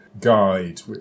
guide